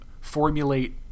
formulate